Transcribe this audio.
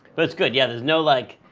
but it's good. yeah, there's no like,